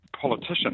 Politician